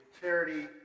charity